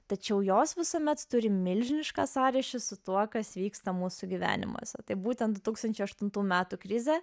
tačiau jos visuomet turi milžinišką sąryšį su tuo kas vyksta mūsų gyvenimas tai būtent du tūkstančiai aštuntų metų krizė